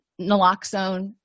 naloxone